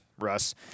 Russ